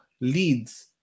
leads